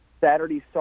Saturday